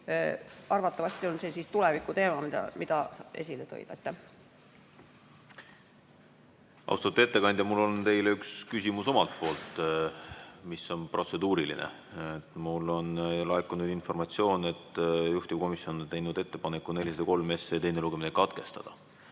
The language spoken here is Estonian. Arvatavasti on see tulevikuteema, mida sa esile tõid. Austatud ettekandja! Mul on teile üks küsimus omalt poolt, mis on protseduuriline. Mulle on laekunud informatsioon, et juhtivkomisjon on teinud ettepaneku 403 SE teine lugemine katkestada.